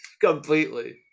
completely